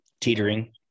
Teetering